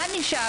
מה נשאר?